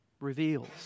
reveals